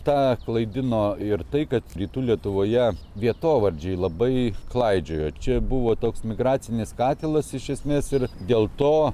tą klaidino ir tai kad rytų lietuvoje vietovardžiai labai klaidžiojo čia buvo toks migracinis katilas iš esmės ir dėl to